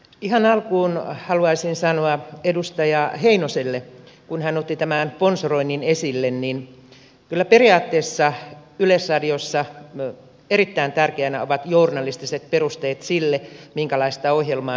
ihan alkuun haluaisin sanoa edustaja heinoselle kun hän otti tämän sponsoroinnin esille että kyllä periaatteessa yleisradiossa erittäin tärkeät ovat journalistiset perusteet sille minkälaista ohjelmaa siellä tehdään